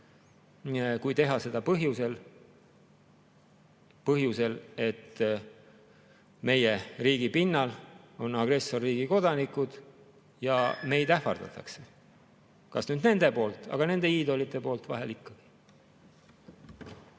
kui teha seda põhjusel, et meie riigi pinnal on agressorriigi kodanikud ja meid ähvardatakse, kas nüüd nende poolt, aga nende iidolite poolt vahel ikkagi.